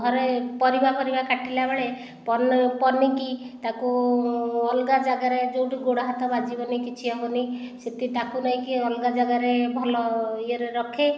ଘରେ ପରିବା ଫରିବା କାଟିଲାବେଳେ ପନିକି ତାକୁ ଅଲଗା ଜାଗାରେ ଯେଉଁଠି ଗୋଡ଼ ହାତ ବାଜିବ ନାହିଁ କିଛି ହେବ ନାହିଁ ସେଥି ତାକୁ ନେଇକି ଅଲଗା ଜାଗାରେ ଭଲ ଇଏରେ ରଖେ